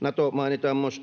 Nato mainitaan myös